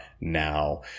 now